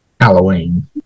Halloween